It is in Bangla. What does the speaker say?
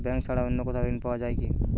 ব্যাঙ্ক ছাড়া অন্য কোথাও ঋণ পাওয়া যায় কি?